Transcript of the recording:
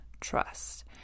trust